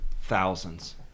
Thousands